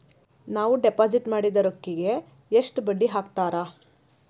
ನಾವು ಡಿಪಾಸಿಟ್ ಮಾಡಿದ ರೊಕ್ಕಿಗೆ ಎಷ್ಟು ಬಡ್ಡಿ ಹಾಕ್ತಾರಾ?